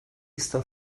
está